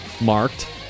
marked